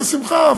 בשמחה.